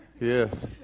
Yes